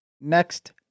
next